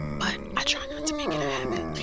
but i try not to make it a habit. i